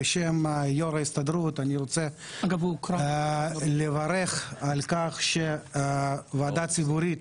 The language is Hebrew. בשם יו"ר ההסתדרות אני רוצה לברך על כך שהוועדה הציבורית